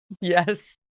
Yes